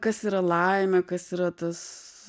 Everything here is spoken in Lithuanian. kas yra laimė kas yra tas